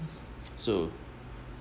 so